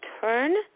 turn